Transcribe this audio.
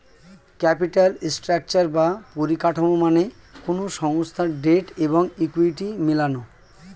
capital structure বা পরিকাঠামো মানে কোনো সংস্থার ডেট এবং ইকুইটি মেলানো